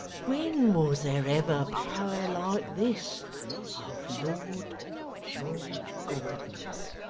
when was there ever power like this of lord george gordon's